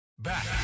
back